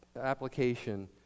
application